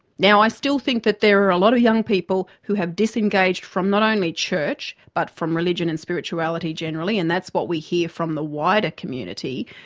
now, i still think that there are a lot of young people who have disengaged from not only church, but from religion and spirituality generally. and that's what we hear from the wider community.